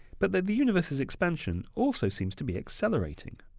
but that the universe's expansion also seems to be accelerating.